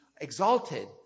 Exalted